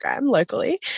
locally